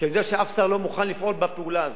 כשאני יודע שאף שר לא מוכן לפעול בפעולה הזו,